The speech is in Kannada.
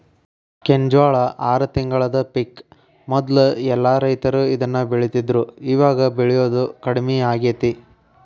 ಕೆಂಜ್ವಾಳ ಆರ ತಿಂಗಳದ ಪಿಕ್ ಮೊದ್ಲ ಎಲ್ಲಾ ರೈತರು ಇದ್ನ ಬೆಳಿತಿದ್ರು ಇವಾಗ ಬೆಳಿಯುದು ಕಡ್ಮಿ ಆಗೇತಿ